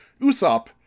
Usopp